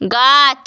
গাছ